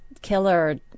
killer